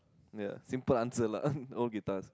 ya simple answer lah old guitars